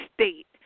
state